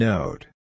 Note